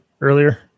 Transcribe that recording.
earlier